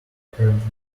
apparently